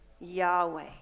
Yahweh